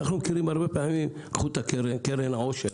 קחו לדוגמה את קרן העושר.